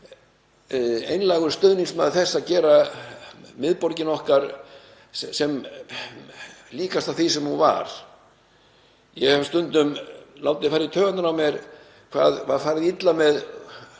einlægur stuðningsmaður þess að gera miðborgina okkar sem líkasta því sem hún var. Ég hef stundum látið fara í taugarnar á mér hvað var farið illa með